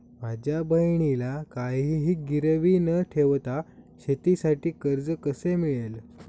माझ्या बहिणीला काहिही गिरवी न ठेवता शेतीसाठी कर्ज कसे मिळेल?